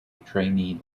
trainee